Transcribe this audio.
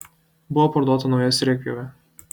buvo parduota nauja sriegpjovė